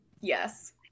Yes